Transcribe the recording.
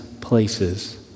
places